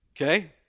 Okay